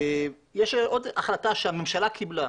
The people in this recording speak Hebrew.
יש עוד החלטה שהממשלה קיבלה,